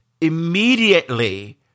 immediately